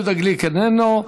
יהודה גליק, איננו.